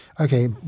Okay